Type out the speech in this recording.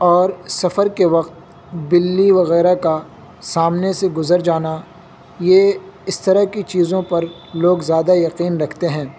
اور سفر کے وقت بلی وغیرہ کا سامنے سے گزر جانا یہ اس طرح کی چیزوں پر لوگ زیادہ یقین رکھتے ہیں